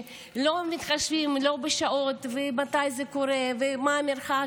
והם לא מתחשבים לא בשעות ומתי זה קורה ומה המרחק,